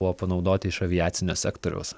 buvo panaudoti iš aviacinio sektoriaus